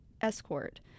escort